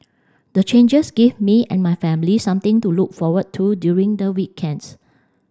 the changes give me and my family something to look forward to during the weekends